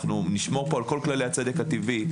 נשמור פה על כל כללי הצדק הטבעי.